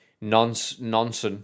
nonsense